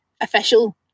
official